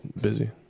busy